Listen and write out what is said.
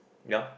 ya